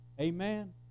Amen